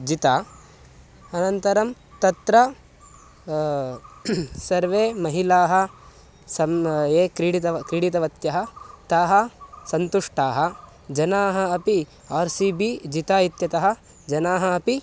जिता अनन्तरं तत्र सर्वे महिलाः समं ये क्रीडिता क्रीडितवत्यः ताः सन्तुष्टाः जनाः अपि आर् सी बि जिता इत्यतः जनाः अपि